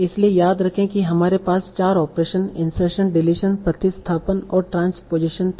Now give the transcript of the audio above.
इसलिए याद रखें कि हमारे पास चार ऑपरेशन इंसर्शन डिलीशन प्रतिस्थापन और ट्रांसपोज़ेशन थे